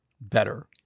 Better